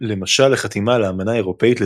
הראשונים שהפגישו את האומות הריבוניות של אירופה,